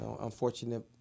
unfortunate